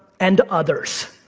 and others.